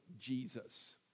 Jesus